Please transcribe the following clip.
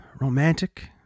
Romantic